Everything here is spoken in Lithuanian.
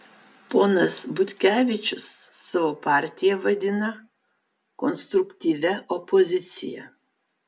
ponas butkevičius savo partiją vadina konstruktyvia opozicija